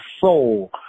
soul